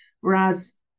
whereas